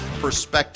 perspective